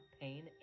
pain